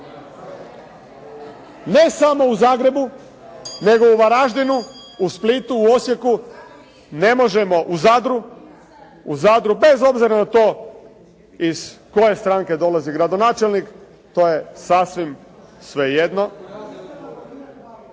ne samo u Zagrebu, nego u Varaždinu, u Splitu, u Osijeku. Ne možemo, u Zadru bez obzira na to iz koje stranke dolazi gradonačelnik to je sasvim svejedno.